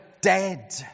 dead